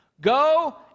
Go